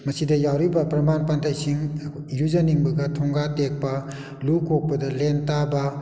ꯃꯁꯤꯗ ꯌꯥꯎꯔꯤꯕ ꯄ꯭ꯔꯃꯥꯟ ꯄꯥꯟꯊꯩꯁꯤꯡ ꯏꯔꯨꯖꯅꯤꯡꯕꯒ ꯊꯣꯡꯒꯥ ꯇꯦꯛꯄ ꯂꯨ ꯀꯣꯛꯄꯗ ꯂꯦꯟ ꯇꯥꯕ